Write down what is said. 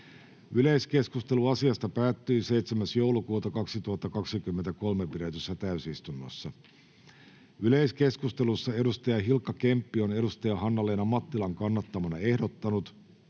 Yleiskeskustelu asiasta päättyi 7.12.2023 pidetyssä täysistunnossa. Yleiskeskustelussa Hilkka Kemppi on Hanna-Leena Mattilan kannattamana ehdottanut,